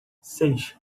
seis